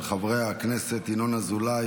של חברי הכנסת ינון אזולאי,